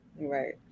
Right